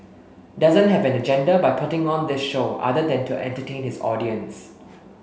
doesn't have an agenda by putting on this show other than to entertain his audience